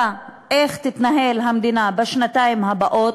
איך תתנהל המדינה בשנתיים הבאות?